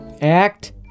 Act